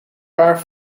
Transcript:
paar